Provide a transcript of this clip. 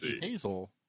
Hazel